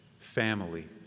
family